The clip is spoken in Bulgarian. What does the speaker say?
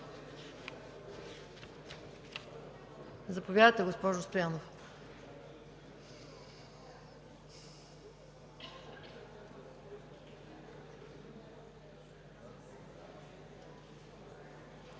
Заповядайте, госпожо Стоянова.